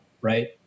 right